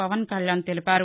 పవన్ కళ్యాణ్ తెలిపారు